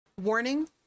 warning